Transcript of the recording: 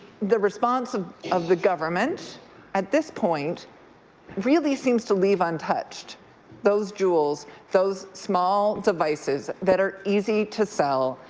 the response of of the government at this point really seems to leave untouched those juuls, those small devices that are easy to sell,